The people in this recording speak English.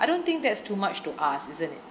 I don't think that's too much to ask isn't it